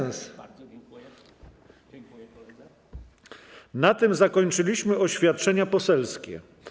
Na tym zakończyliśmy oświadczenia poselskie.